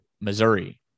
Missouri